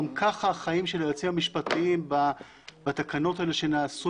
גם ככה החיים של היועצים המשפטיים בתקנות האלה שנעשו,